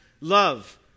Love